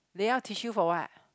lay out tissue for what